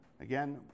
Again